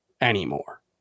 anymore